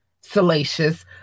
salacious